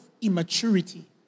immaturity